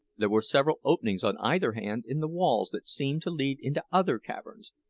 there were several openings on either hand in the walls that seemed to lead into other caverns,